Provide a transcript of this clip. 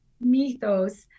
mythos